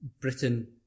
Britain